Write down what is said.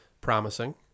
promising